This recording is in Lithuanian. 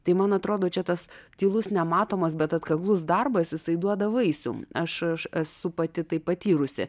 tai man atrodo čia tas tylus nematomas bet atkaklus darbas jisai duoda vaisių aš aš esu pati tai patyrusi